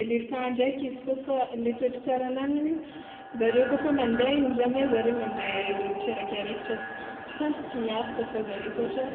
Elefant ndraiky izy kôfa le toetry tsara agnagnany, zareo kôfa mande igny jamais zare mande tsiarakaraiky, fa tsary tsy miaraka fôgna zareo satrià